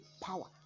power